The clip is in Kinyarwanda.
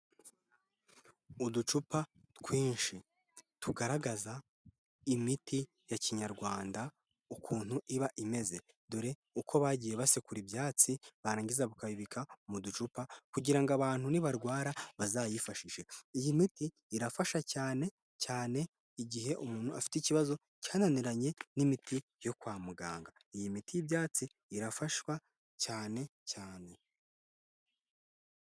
Uducupa twinshi tugaragaza imiti ya kinyarwanda, ukuntu iba imeze, dore uko bagiye basekura ibyatsi barangiza bakabibika mu ducupa kugira abantu nibarwara bazayifashishe, iyi miti irafasha cyane cyane igihe umuntu afite ikibazo cyananiranye n'imiti yo kwa muganga, iyi miti y'ibyatsi irafashwa cyane cyane.